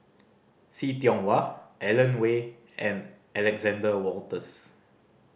See Tiong Wah Alan Oei and Alexander Wolters